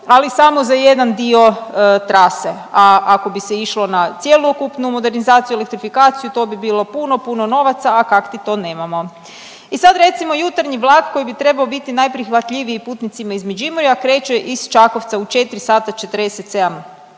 ali samo za jedan dio trase. A ako bi se išlo na cjelokupnu modernizaciju, elektrifikaciju to bi bilo puno, puno novaca a kakti to nemamo. I sad recimo jutarnji vlak koji bi trebao biti najprihvatljiviji putnicima iz Međimurja kreće iz Čakovca u 4